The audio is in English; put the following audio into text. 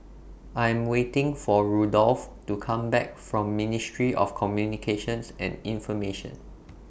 I Am waiting For Rudolph to Come Back from Ministry of Communications and Information